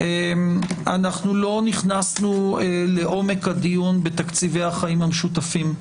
לא נכנסנו לעומק הדיון בתקציבי החיים המשותפים.